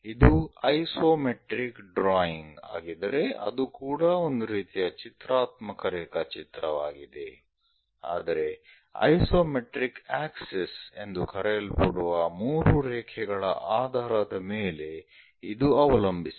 ಇದು isometric drawing ಆಗಿದ್ದರೆ ಅದು ಕೂಡ ಒಂದು ರೀತಿಯ ಚಿತ್ರಾತ್ಮಕ ರೇಖಾಚಿತ್ರವಾಗಿದೆ ಆದರೆ ಐಸೊಮೆಟ್ರಿಕ್ ಆಕ್ಸೆಸ್ ಎಂದು ಕರೆಯಲ್ಪಡುವ 3 ರೇಖೆಗಳ ಆಧಾರದ ಮೇಲೆ ಇದು ಅವಲಂಬಿಸಿದೆ